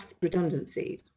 redundancies